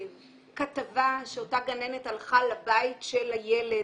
הכתבה שאותה גננת הלכה לבית של הילד